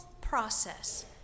process